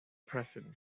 present